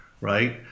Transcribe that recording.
right